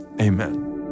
amen